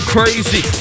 Crazy